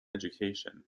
education